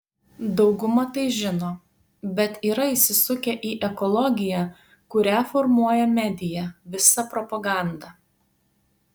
dauguma tai žino bet yra įsisukę į ekologiją kurią formuoja medija visa propaganda